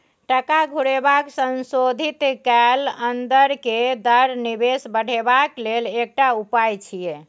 टका घुरेबाक संशोधित कैल अंदर के दर निवेश बढ़ेबाक लेल एकटा उपाय छिएय